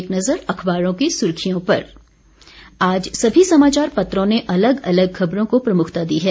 एक नजर अखबारों की सुर्खियों पर आज सभी समाचार पत्रों ने अलग अलग खबरों को प्रमुखता दी है